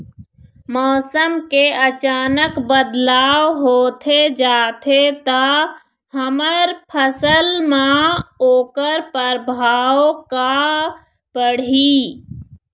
मौसम के अचानक बदलाव होथे जाथे ता हमर फसल मा ओकर परभाव का पढ़ी?